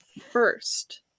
first